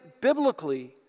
biblically